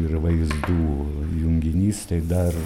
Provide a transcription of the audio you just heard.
ir vaizdų junginys tai dar